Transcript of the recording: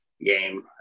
game